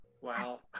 Wow